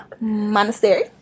Monastery